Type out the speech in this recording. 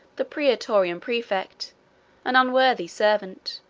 the praetorian praefect an unworthy servant,